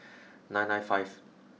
nine nine five